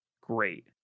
great